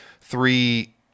three